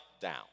down